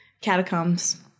Catacombs